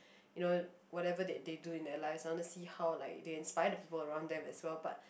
you know whatever they they do in your life they want to see how like they inspired the people around them as well